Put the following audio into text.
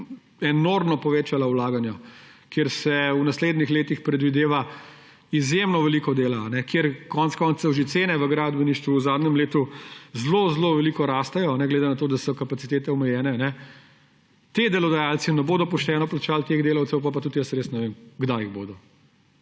enormno povečala vlaganja, kjer se v naslednjih letih predvideva izjemno veliko dela, kjer konec koncev že cene v gradbeništvu v zadnjem letu zelo zelo rastejo, glede na to, da so kapacitete omejene, ti delodajalci ne bodo pošteno plačali teh delavcev, potem pa tudi res ne vem, kdaj jih bodo.